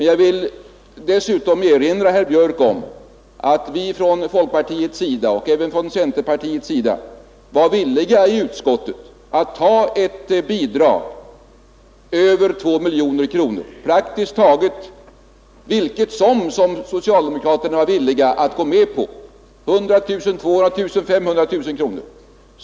Jag vill dessutom erinra herr Björk om att folkpartiets och även centerpartiets företrädare i utskottet var villiga att stanna för ett bidrag på praktiskt taget vilket belopp som helst som socialdemokraterna var villiga att gå med på över 2 miljoner kronor — 100 000 200 000 eller 500 000 kronor.